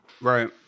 Right